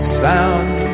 sound